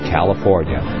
California